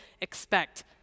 expect